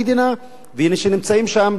ואלה נמצאים שם לא מאתמול-שלשום,